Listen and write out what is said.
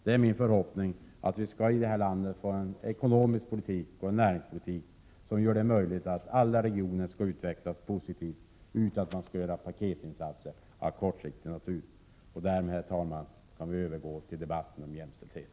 Det är min förhoppning att vi i det här landet skall få en ekonomisk politik och en näringspolitik som gör det möjligt för alla regioner att utvecklas positivt utan paketinsatser av kortsiktig natur. Därmed, herr talman, kan vi övergå till debatten om jämställdhet.